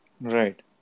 Right